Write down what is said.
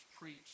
preach